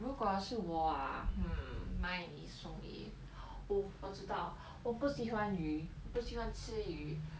如果是我啊 hmm 买一送一 oh 我知道我不喜欢鱼我不喜欢吃鱼